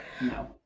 No